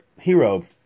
hero